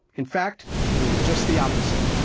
in fact it was just the opposite.